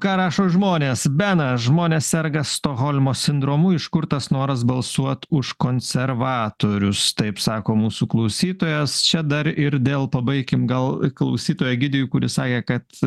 ką rašo žmonės benas žmonės serga stokholmo sindromu iš kur tas noras balsuot už konservatorius taip sako mūsų klausytojas čia dar ir dėl pabaikim gal klausytoją egidijų kuris sakė kad